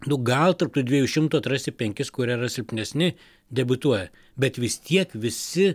nu gal tarp tų dviejų šimtų atrasi penkis kurie yra silpnesni debiutuoja bet vis tiek visi